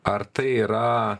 ar tai yra